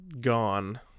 gone